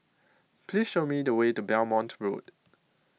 Please Show Me The Way to Belmont Road